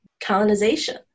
colonization